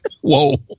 Whoa